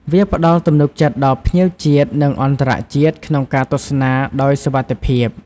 វាផ្ដល់ទំនុកចិត្តដល់ភ្ញៀវជាតិ និងអន្តរជាតិក្នុងការទស្សនាដោយសុវត្ថិភាព។